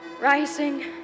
rising